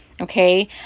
okay